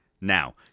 Now